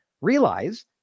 realize